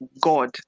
God